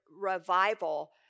revival